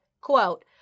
quote